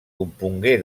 compongué